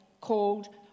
called